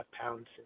pounds